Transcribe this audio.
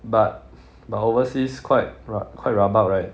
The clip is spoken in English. but but overseas quite quite rabak right